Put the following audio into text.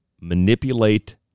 manipulate